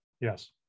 Yes